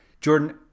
Jordan